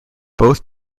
both